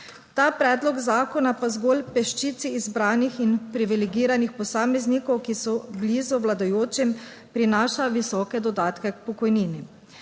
Ta predlog zakona pa zgolj peščici izbranih in privilegiranih posameznikov, ki so blizu vladajočim, prinaša visoke dodatke k pokojnini.